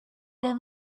them